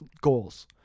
goals